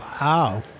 Wow